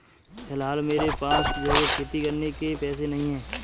फिलहाल मेरे पास जैविक खेती करने के पैसे नहीं हैं